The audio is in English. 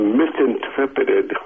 misinterpreted